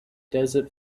desert